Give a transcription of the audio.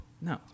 No